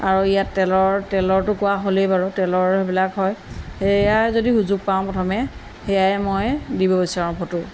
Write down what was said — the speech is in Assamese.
আৰু ইয়াত তেলৰ তেলৰটো কোৱা হ'লেই বাৰু তেলৰ সেইবিলাক হয় সেয়াই যদি সুযোগ পাওঁ প্ৰথমে সেয়াই মই দিব বিচাৰোঁ ফটো